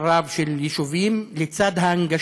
שלי אני גם מביאה את הדברים החשובים שנאמרו בשבוע שעבר בבית-המשפט